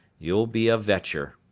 you'll be a vetcher.